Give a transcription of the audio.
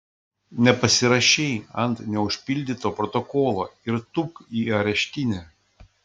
nepasirašei ant neužpildyto protokolo ir tūpk į areštinę